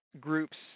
groups